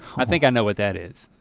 i think i know what that is.